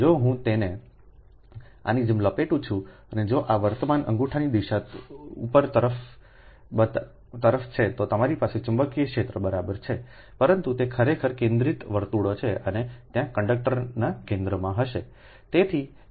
જો હું તેને આની જેમ લપેટું છું અને જો આ વર્તમાન અંગૂઠાની દિશા ઉપરની તરફ છે તો તમારી પાસે ચુંબકીય ક્ષેત્ર છે પરંતુ તે ખરેખર કેન્દ્રિત વર્તુળો છે અને ત્યાં કંડક્ટરના કેન્દ્રમાં હશે